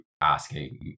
asking